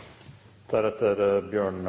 Jeg vil begynne